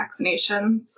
vaccinations